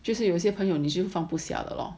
就是有些朋友你就放不下的 loh